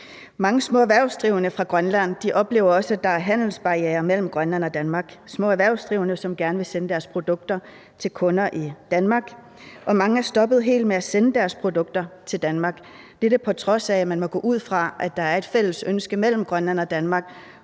Mange små erhvervsdrivende i Grønland oplever også, at der er handelsbarrierer mellem Grønland og Danmark. Det er små erhvervsdrivende, som gerne vil sende deres produkter til kunder i Danmark, og mange er stoppet helt med at sende deres produkter til Danmark, på trods af at man må gå ud fra, at der er et fælles ønske mellem Grønland og Danmark